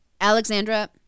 Alexandra